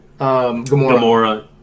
Gamora